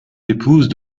épouses